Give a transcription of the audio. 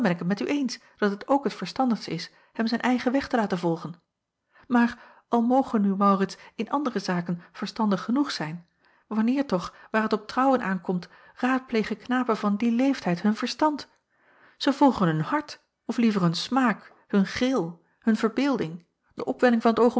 met u eens dat het ook het verstandigst is hem zijn eigen weg te laten volgen maar al moge nu maurits in andere zaken verstandig genoeg zijn wanneer toch waar het op trouwen aankomt raadplegen knapen van dien leeftijd hun verstand zij volgen hun hart of liever hun smaak hun gril hun verbeelding de opwelling van t